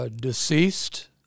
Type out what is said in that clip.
deceased